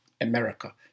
America